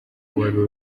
wari